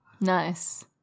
Nice